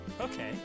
Okay